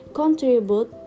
contribute